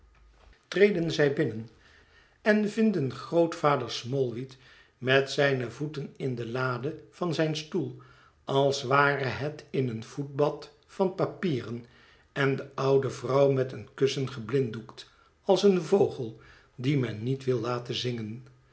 treden zij binnen en vinden grootvader smallweed met zijne voeten in de lade van zijn stoel als ware het in een voetbad van papieren en de oude vrouw met een kussen geblinddoekt als een vogel dien men niet wil laten zingen